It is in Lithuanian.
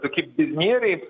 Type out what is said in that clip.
kaip biznieriai